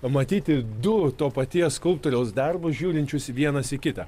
matyti du to paties skulptoriaus darbus žiūrinčius vienas į kitą